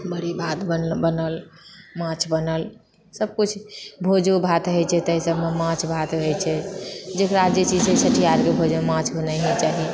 बड़ि भात बनल माछ बनल सब किछु भोजोभात होइछै तऽ तेहिसबमे माछ भात रहैछै जेकरा छठियारके भोजमे माछ बनेने चाही